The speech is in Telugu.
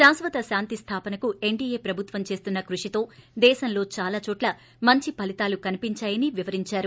శాశ్వత శాంతి స్లాపనకు ఎన్లీయే ప్రభుత్వం చేస్తున్న కృషితో దేశంలో దాలా చోట్ల మంచి ఫలీతాలు కనిపించాయని వివరించారు